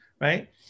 Right